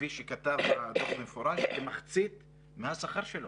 כפי שכתב המבקר במפורש, כמחצית מהשכר שלהם.